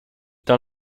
dans